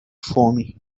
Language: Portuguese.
fome